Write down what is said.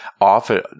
Often